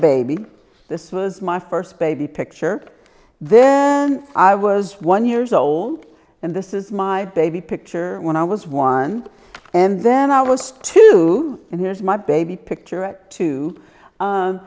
baby this was my first baby picture then i was one years old and this is my baby picture when i was one and then i was two and here's my baby picture